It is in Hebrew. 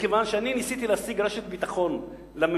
מכיוון שאני ניסיתי להשיג רשת ביטחון לממשלה,